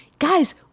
guys